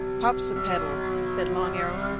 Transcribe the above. popsipetel, said long arrow.